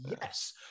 yes